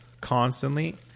constantly